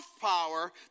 power